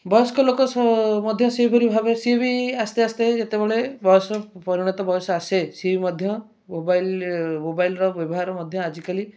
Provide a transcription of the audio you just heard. ବୟସ୍କ ଲୋକ ମଧ୍ୟ ସେହିପରି ଭାବେ ସିଏ ବି ଆସ୍ତେ ଆସ୍ତେ ଯେତେବେଳେ ବୟସ ପରିଣତ ବୟସ ଆସେ ସିଏ ବି ମଧ୍ୟ ମୋବାଇଲ୍ ମୋବାଇଲ୍ର ବ୍ୟବହାର ମଧ୍ୟ ଆଜିକାଲି